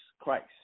Christ